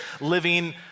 living